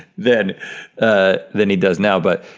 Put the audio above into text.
than ah than he does now, but,